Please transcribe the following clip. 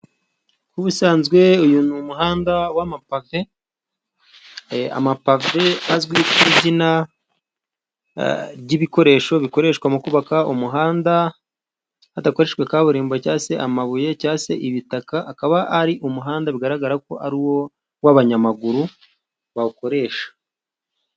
Nk'ubusanzwe uyu ni umuhanda w'amapave, amapave azwi ku izina ry'ibikoresho bikoreshwa mu kubaka umuhanda, hadakoreshejwe kaburimbo cyangwa se amabuye cyangwa se ibitaka, akaba ari umuhanda bigaragara ko ari uw'abanyamaguru bawukoresha.